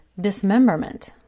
dismemberment